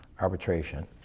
arbitration